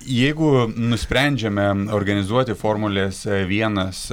jeigu nusprendžiame organizuoti formulės vienas